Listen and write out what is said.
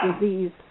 disease